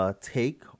take